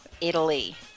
Italy